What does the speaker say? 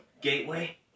Gateway